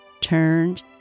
turned